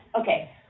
Okay